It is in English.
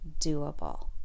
doable